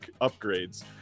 upgrades